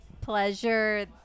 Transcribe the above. pleasure